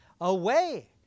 away